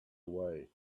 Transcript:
away